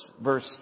verse